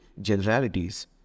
generalities